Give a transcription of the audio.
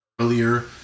earlier